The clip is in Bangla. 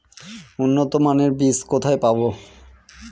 উন্নতমানের বীজ কোথায় পাব?